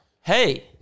Hey